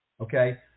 okay